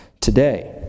today